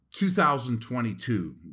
2022